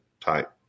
type